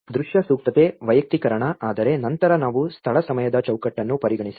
ದೃಶ್ಯ ಸೂಕ್ತತೆ ವೈಯಕ್ತೀಕರಣ ಆದರೆ ನಂತರ ನಾವು ಸ್ಥಳ ಸಮಯದ ಚೌಕಟ್ಟನ್ನು ಪರಿಗಣಿಸುತ್ತೇವೆ